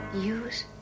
Use